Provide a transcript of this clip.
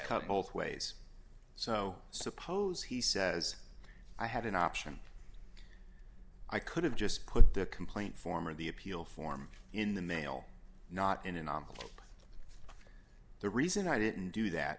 cut both ways so suppose he says i have an option i could have just put the complaint form of the appeal form in the mail not in a novel the reason i didn't do that